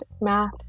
math